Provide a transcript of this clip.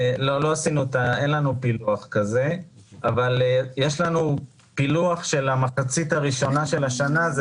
אין לנו פילוח כזה אבל יש לנו פילוח של המחצית הראשונה של השנה.